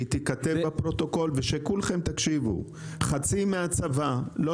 שתיכתב בפרוטוקול ושכולם תקשיבו: חצי מהצבא לא